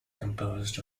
composed